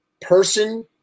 person